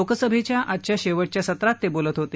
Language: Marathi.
लोकसभेच्या आजच्या शेवटच्य सत्रात ते बोलत होते